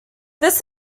this